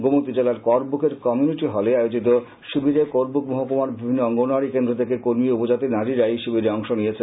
গোমতী জেলার করবুকের কমিউনিটি হলে আয়োজিত শিবিরে করবুক মহকুমার বিভিন্ন অঙ্গনওয়ারি কেন্দ্র থেকে কর্মী ও উপজাতি নারীরা এই শিবিরে অংশ নিয়েছে